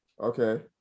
okay